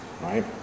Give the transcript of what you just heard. right